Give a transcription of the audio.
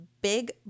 big